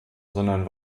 sondern